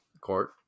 court